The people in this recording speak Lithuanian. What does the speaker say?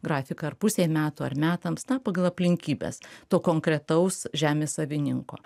grafiką ar pusei metų ar metams na pagal aplinkybes to konkretaus žemės savininko